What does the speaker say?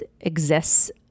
exists